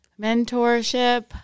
Mentorship